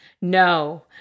No